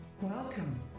Welcome